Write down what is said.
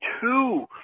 two